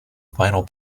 vinyl